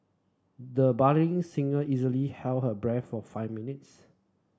the budding singer easily held her breath for five minutes